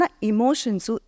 emotions